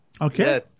Okay